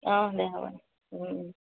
অঁ দে হ'ব দে